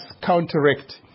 counteract